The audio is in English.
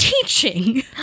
Teaching